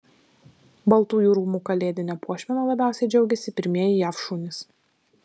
baltųjų rūmų kalėdine puošmena labiausiai džiaugiasi pirmieji jav šunys